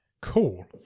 cool